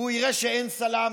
ויראה שאין סלאמי.